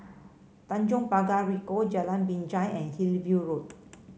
Tanjong Pagar Ricoh Jalan Binjai and Hillview Road